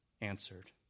answered